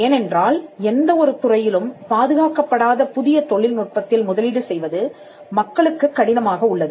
ஏனென்றால் எந்த ஒரு துறையிலும் பாதுகாக்கப்படாத புதிய தொழில்நுட்பத்தில் முதலீடு செய்வது மக்களுக்குக் கடினமாக உள்ளது